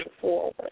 forward